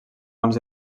noms